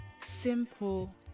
simple